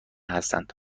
هستند